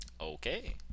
Okay